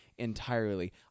Entirely